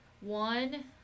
one